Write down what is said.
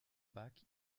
bac